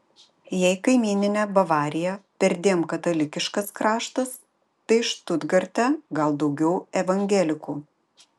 jei kaimyninė bavarija perdėm katalikiškas kraštas tai štutgarte gal daugiau evangelikų